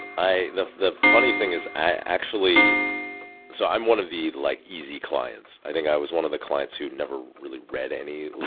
the the funny thing is i actually so i'm one of the like easy clients. i think i was one of the clients who never really read any